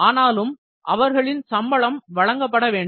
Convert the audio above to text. ஆனாலும் அவர்களின் சம்பளம் வழங்கப்பட வேண்டும்